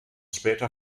später